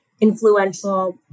influential